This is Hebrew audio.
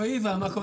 רועי, מה איתנו?